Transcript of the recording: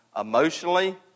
emotionally